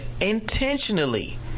intentionally